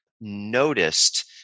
noticed